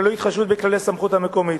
ללא התחשבות בכללי הסמכות המקומית.